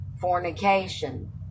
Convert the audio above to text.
Fornication